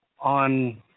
on